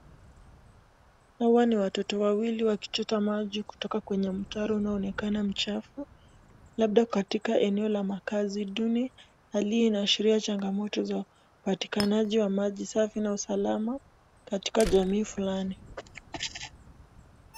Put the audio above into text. Hawa ni watoto wawili wakichota maji kutoka kwenye mtaro unaoonekana mchafu. Labda katika eneo la makazi duni. Hali hii inashiria changamoto za upatikanaji wa maji safi na usalama katika jamii fulani.